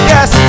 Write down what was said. Yes